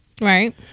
Right